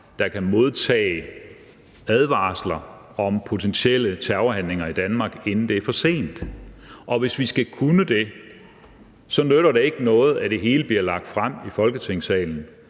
som kan modtage advarsler om potentielle terrorhandlinger i Danmark, inden det er for sent. Og hvis vi skal kunne det, nytter det ikke noget, at det hele bliver lagt frem i Folketingssalen,